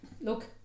look